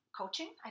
coaching